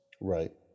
Right